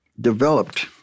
developed